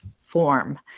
form